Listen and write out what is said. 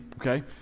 okay